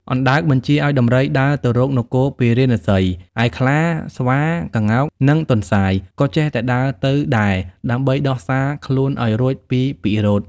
អណ្ដើកបញ្ជាឲ្យដំរីដើរទៅរកនគរពារាណសី ឯខ្លា ស្វា ក្ងោក និងទន្សាយ ក៏ចេះតែដើរទៅដែរ ដើម្បីដោះសារខ្លួនឲ្យរួចពីពិរុទ្ធ។